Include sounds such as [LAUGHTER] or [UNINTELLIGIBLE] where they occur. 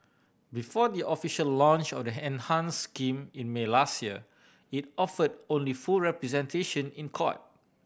before the official launch of the [UNINTELLIGIBLE] enhance scheme in May last year it offered only full representation in court